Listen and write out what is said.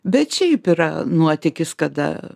bet šiaip yra nuotykis kada